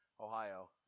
Ohio